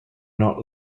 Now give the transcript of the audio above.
not